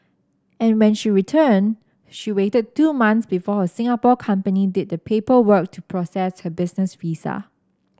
and when she returned she waited two months before her Singapore company did the paperwork to process her business visa